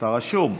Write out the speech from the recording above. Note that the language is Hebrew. אתה רשום.